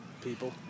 people